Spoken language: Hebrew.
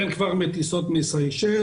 אין טיסות מסיישל.